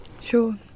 Sure